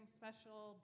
special